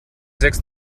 sechs